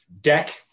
Deck